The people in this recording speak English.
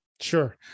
Sure